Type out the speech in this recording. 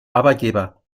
arbeitgeber